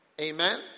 Amen